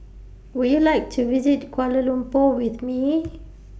Would YOU like to visit Kuala Lumpur with Me